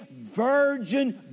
virgin